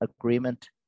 agreement